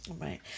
Right